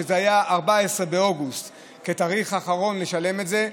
שזה היה עד 14 באוגוסט כתאריך אחרון לשלם את זה,